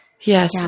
Yes